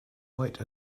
white